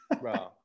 Bro